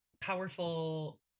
powerful –